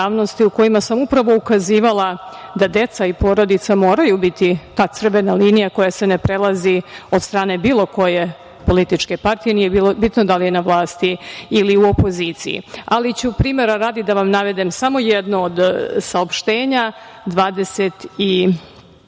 u kojima sam upravo ukazivala da deca i porodica moraju biti ta crvena linija koja se ne prelazi od strane bilo koje političke partije, nije bitno da li je na vlasti ili u opoziciji. Primera radi ću da vam navedem samo jedno od saopštenja, pošto